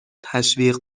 تشویق